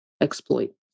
exploit